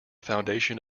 foundation